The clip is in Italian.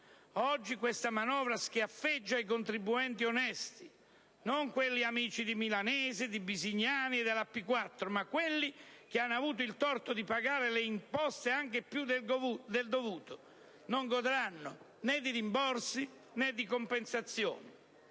oggi questa manovra schiaffeggia i contribuenti onesti: non quelli amici di Milanese, di Bisignani e della P4, ma quelli che hanno avuto il torto di pagare le imposte anche più del dovuto, e che non godranno né di rimborsi né di compensazioni.